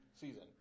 season